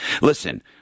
listen